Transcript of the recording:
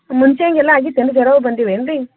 ಮುಂಚೆ ಹೀಗೆಲ್ಲ ಆಗಿತ್ತೇನು ಜ್ವರವು ಬಂದಿವೆ ಏನು ರೀ